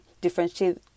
differentiate